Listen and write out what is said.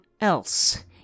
else